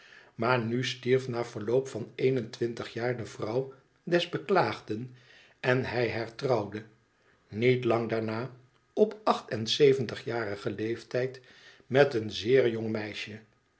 maar nu stierf na verloop van een en twintig jaar de vrouw des beklaagden en hij hertrouwde niet lang daarna op acht en zeventigjarigen leeftijd met een zeer jong meisje